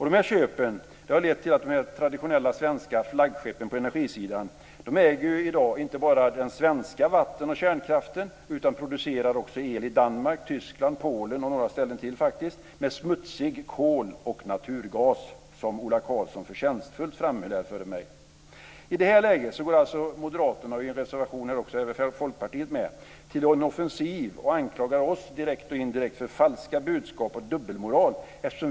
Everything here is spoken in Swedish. De här köpen har lett till att de här traditionella svenska flaggskeppen på energisidan i dag inte bara äger den svenska vattenoch kärnkraften utan också producerar el i Danmark, Tyskland, Polen och faktiskt några ställen till med smutsig kol och naturgas, som Ola Karlsson förtjänstfullt framhöll här före mig. I det här läget går alltså Moderaterna och även Folkpartiet i en reservation till offensiv och anklagar oss direkt och indirekt för att ge falska budskap och ha dubbelmoral.